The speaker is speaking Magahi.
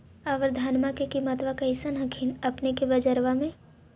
अबर धानमा के किमत्बा कैसन हखिन अपने के बजरबा में?